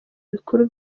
bikuru